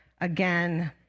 again